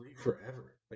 forever